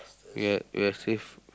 ya we're safe